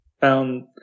found